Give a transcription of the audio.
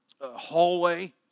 hallway